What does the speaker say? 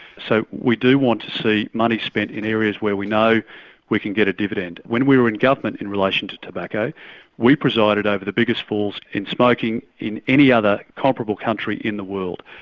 so we do want to see money spent in areas where we know we can get a dividend. when we were in government in relation to tobacco we presided over the biggest falls in smoking in any other comparable country in the world.